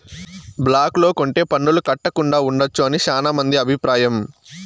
black లో కొంటె పన్నులు కట్టకుండా ఉండొచ్చు అని శ్యానా మంది అభిప్రాయం